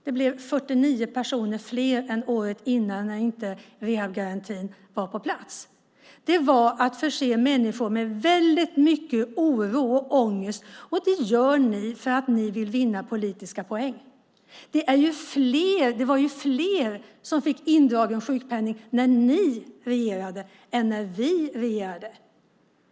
Det blev 49 personer fler än året innan då rehabgarantin inte var på plats. Detta innebar att ni gav människor väldigt mycket oro och ångest. Det gjorde ni för att ni ville vinna politiska poäng. Det var fler personer som fick sin sjukpenning indragen när ni regerade än när vi regerar.